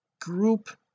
group